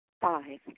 Five